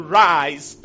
rise